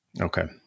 okay